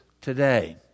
today